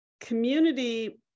Community